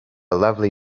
lovely